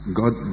god